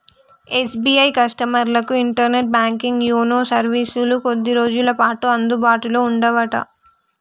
SBI కస్టమర్లకు internet banking YONO సర్వీసులు కొద్ది రోజులపాటు అందుబాటులో ఉండవట